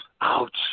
Ouch